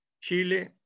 Chile